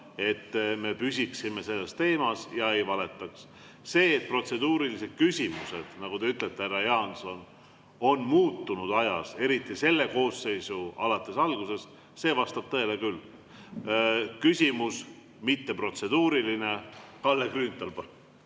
et me püsiksime selles teemas ja ei valetaks. See, et protseduurilised küsimused, nagu te ütlete, härra Jaanson, on ajas muutunud, eriti selle koosseisu algusest alates, vastab tõele küll. Küsimus, mitteprotseduuriline, Kalle Grünthal,